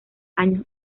años